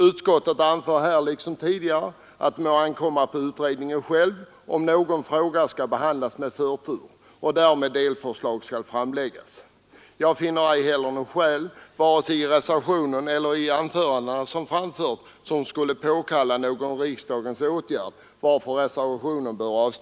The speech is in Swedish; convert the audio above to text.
Utskottet anför nu liksom tidigare att det ankommer på utredningen själv att avgöra om någon fråga skall behandlas med förtur och därmed om delförslag skall framläggas. Jag har inte heller, vare sig i reservationen eller i de anföranden som hållits, funnit skäl för någon riksdagens åtgärd, varför reservationen bör avslås.